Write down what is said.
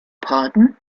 pardon